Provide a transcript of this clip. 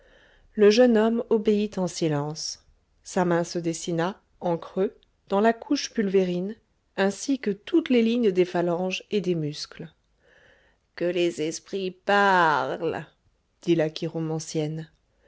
le jeune homme obéit en silence sa main se dessina en creux dans la couche pulvérine ainsi que toutes les lignes des phalanges et des muscles que les esprits parlent dit la